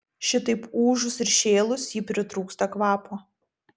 šitaip ūžus ir šėlus ji pritrūksta kvapo